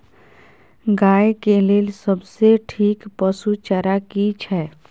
गाय के लेल सबसे ठीक पसु चारा की छै?